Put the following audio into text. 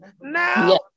now